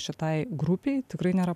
šitai grupei tikrai nėra